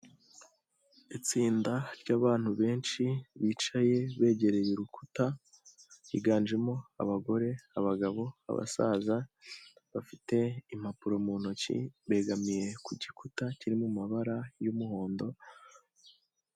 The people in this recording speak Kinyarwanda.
Itsinda ry'abantu benshi bicaye begereye urukuta, higanjemo: abagore, abagabo, abasaza bafite impapuro mu ntoki, begamiye ku gikuta kiri mu mabara y'umuhondo.